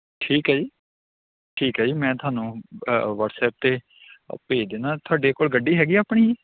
ਠੀਕ ਹੈ ਜੀ ਠੀਕ ਹੈ ਜੀ ਮੈਂ ਤੁਹਾਨੂੰ ਅ ਵੱਟਸਅੱਪ 'ਤੇ ਭੇਜ ਦਿੰਨਾ ਤੁਹਾਡੇ ਕੋਲ ਗੱਡੀ ਹੈਗੀ ਆਪਣੀ ਜੀ